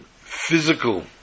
physical